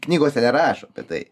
knygose nerašo apie tai